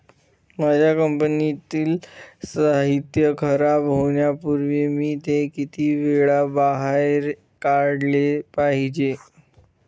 माझ्या कंपनीतील साहित्य खराब होण्यापूर्वी मी ते किती वेळा बाहेर काढले पाहिजे?